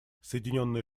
соединенные